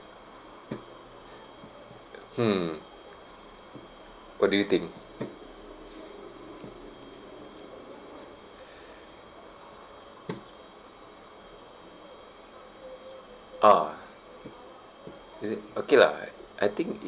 hmm what do you think ah is it okay lah I I think it